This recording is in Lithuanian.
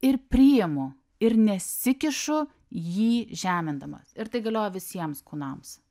ir priimu ir nesikišu jį žemindamas ir tai galioja visiems kūnams